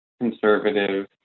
conservative